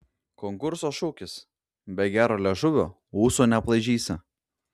konkurso šūkis be gero liežuvio ūsų neaplaižysi